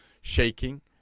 shaking